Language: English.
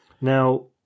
Now